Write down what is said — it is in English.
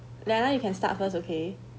leanna you can start first okay